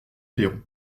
perron